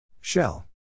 Shell